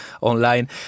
online